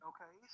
Okay